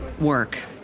work